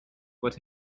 what